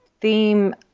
theme